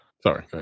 Sorry